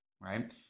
right